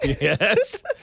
Yes